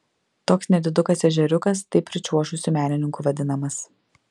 toks nedidukas ežeriukas taip pričiuožusių menininkų vadinamas